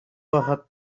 байхад